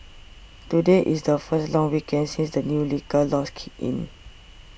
today is the first long weekend since the new liquor laws kicked in